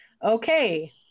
Okay